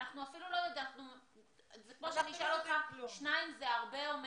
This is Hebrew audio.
זה כמו שנשאל אותך אם שניים זה הרבה או מעט,